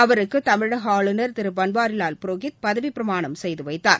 அவருக்கு தமிழக ஆளுநர் திரு பன்வாரிலால் புரோஹித் பதவி பிரமாணம் செய்து வைத்தார்